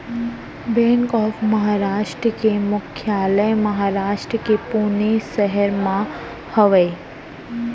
bank of Maharashtra के मुख्यालय महारास्ट के पुने सहर म हवय